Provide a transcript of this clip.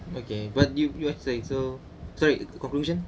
okay but you you have said so sorry conclusion